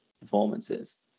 performances